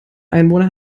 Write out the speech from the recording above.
einwohner